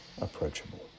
approachable